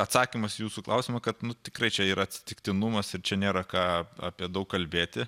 atsakymas į jūsų klausimą kad nu tikrai čia yra atsitiktinumas ir čia nėra ką apie daug kalbėti